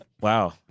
Wow